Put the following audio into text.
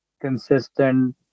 consistent